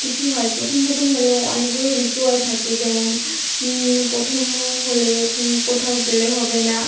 কিছু হয় প্রথম প্রথম হলে অনেকগুলো রিচুয়াল থাকে যেমন প্রথম হলে কোথাও গেলে হবে না